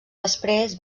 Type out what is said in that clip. després